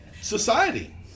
society